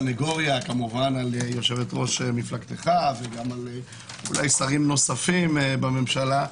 סנגוריה כמובן על יושבת-ראש מפלגתך ואולי שרים נוספים בממשלה.